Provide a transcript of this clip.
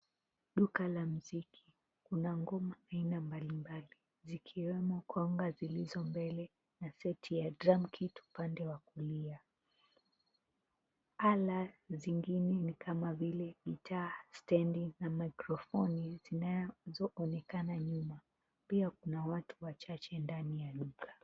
Duka la mziki kuna ngoma aina mbalimbali, zikiwemo konga zilizo mbele na seti ya drum kit upande wa kulia. Ala zingine ni kama vile vitaa, stendi na microphone zinazoonekana nyuma. Pia kuna watu wachache ndani ya duka.